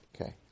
Okay